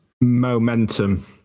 momentum